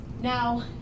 Now